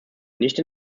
nicht